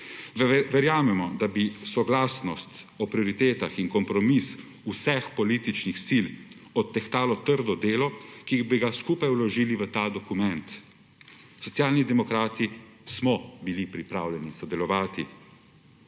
Verjamemo, da bi soglasnost o prioritetah in kompromis vseh političnih sil odtehtala trdo delo, ki bi ga skupaj vložili v ta dokument. Socialni demokrati smo bili pripravljeni sodelovati.